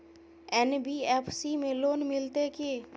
NBFC में loan मिलते की?